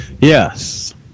Yes